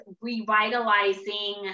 revitalizing